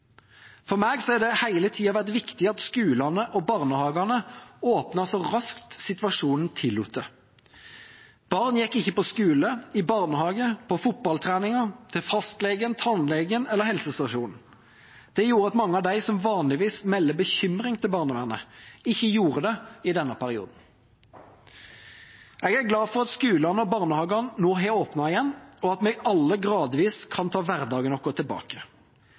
For meg har det hele tida vært viktig at skolene og barnehagene åpnet så raskt situasjonen tillot det. Barn gikk ikke på skolen, i barnehagen, på fotballtreningen, til fastlegen, til tannlegen eller til helsestasjonen. Det gjorde at mange av dem som vanligvis melder bekymring til barnevernet, ikke gjorde det i denne perioden. Jeg er glad for at skolene og barnehagene nå har åpnet igjen, og at vi alle gradvis kan ta hverdagen vår tilbake.